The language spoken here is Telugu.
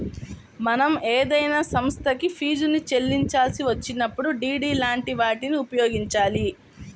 మనం ఏదైనా సంస్థకి ఫీజుని చెల్లించాల్సి వచ్చినప్పుడు డి.డి లాంటి వాటిని ఉపయోగించాలి